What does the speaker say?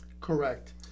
Correct